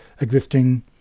existing